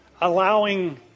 allowing